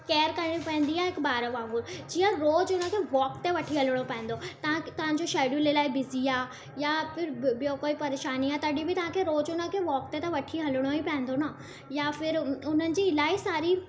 care करिणी पवंदी आहे हिकु ॿारु वांगुरु जीअं रोज़ु उन खे वॉक ते वठी हलिणो पवंदो तव्हांखे तव्हांजो शेड्यूल इलाही बिज़ी या फिर ॿियो कोई परेशानी आहे तॾहिं बि तव्हांखे रोज़ु उन खे वॉक ते त वठी हलिणो ई पवंदो न या फिर उन्हनि जी इलाही सारी